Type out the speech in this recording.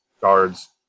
guards